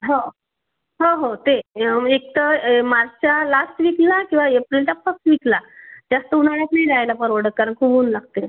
हो हो हो ते एक तर मार्चच्या लास्ट वीकला किंवा एप्रिलच्या फस्ट वीकला जास्त उन्हाळ्यात नाही जायला परवडत कारण खूप ऊन लागते